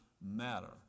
matter